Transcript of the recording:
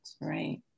Right